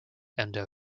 endo